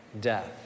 death